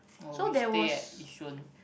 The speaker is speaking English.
no we stay at Yishun